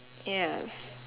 yes